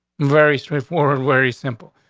very swift world. very simple.